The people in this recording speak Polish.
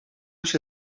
się